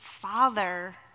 father